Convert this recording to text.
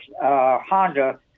honda